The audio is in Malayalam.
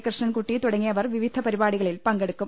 കൃഷ്ണൻകുട്ടി തുടങ്ങിയവർ വിവിധ പരിപാടികളിൽ പങ്കെടുക്കും